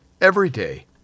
everyday